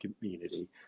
community